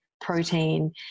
protein